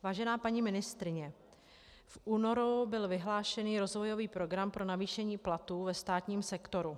Vážená paní ministryně, v únoru byl vyhlášen rozvojový program pro navýšení platů ve státním sektoru.